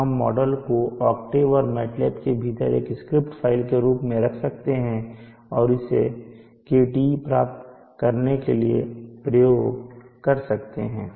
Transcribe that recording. तो इस मॉडल को ऑक्टेव और मैटलैब के भीतर एक स्क्रिप्ट फ़ाइल के रूप में रख सकते हैं और इसे Kte प्राप्त करने के लिए प्रयोग कर सकते हैं